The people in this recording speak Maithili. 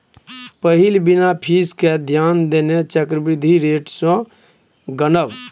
पहिल बिना फीस केँ ध्यान देने चक्रबृद्धि रेट सँ गनब